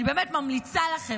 אני באמת ממליצה לכם,